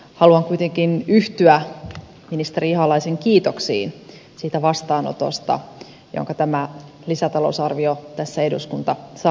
haluan kuitenkin yhtyä ministeri ihalaisen kiitoksiin siitä vastaanotosta jonka tämä lisätalousarvio tässä eduskuntasalissa on saanut